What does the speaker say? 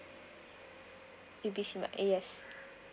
A B C mart yes